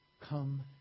Come